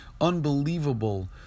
Unbelievable